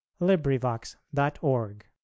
LibriVox.org